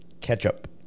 Ketchup